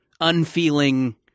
unfeeling